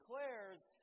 declares